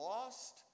Lost